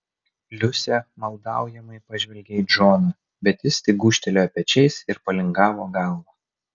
liusė maldaujamai pažvelgė į džoną bet jis tik gūžtelėjo pečiais ir palingavo galvą